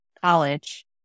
college